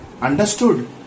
understood